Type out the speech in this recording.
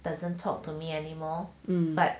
doesn't talk to me anymore but